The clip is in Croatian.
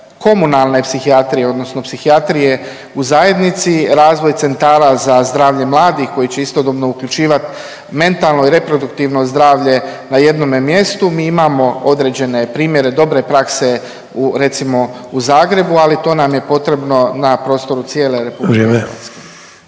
komunalne psihijatrije, odnosno psihijatrije u zajednici, razvoj centara za zdravlje mladih koji će istodobno uključivati mentalno i reproduktivno zdravlje na jednome mjestu. Mi imamo određene primjere dobre prakse u recimo u Zagrebu, ali to nam je potrebno na prostoru cijele RH.